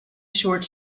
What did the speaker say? short